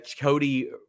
Cody